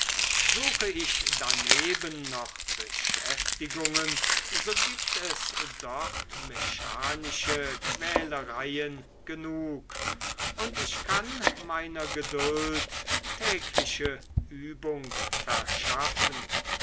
suche ich daneben noch beschäftigungen so gibt es dort mechanische quälereien genug und ich kann meiner geduld tägliche übung verschaffen